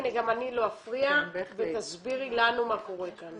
הנה, גם אני לא אפריע, ותסבירי לנו מה קורה כאן.